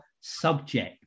subject